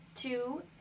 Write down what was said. Two